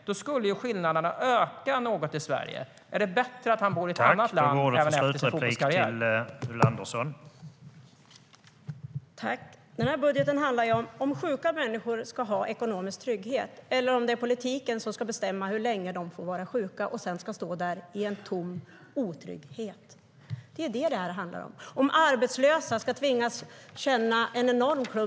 Då skulle skillnaderna öka något i Sverige. Är det bättre att han bor i ett annat land även efter sin fotbollskarriär?